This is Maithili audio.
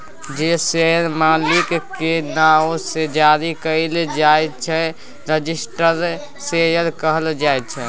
जे शेयर मालिकक नाओ सँ जारी कएल जाइ छै रजिस्टर्ड शेयर कहल जाइ छै